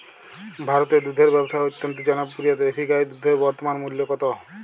ভারতে দুধের ব্যাবসা অত্যন্ত জনপ্রিয় দেশি গাই দুধের বর্তমান মূল্য কত?